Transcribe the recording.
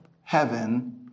heaven